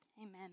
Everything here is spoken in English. Amen